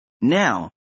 Now